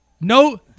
no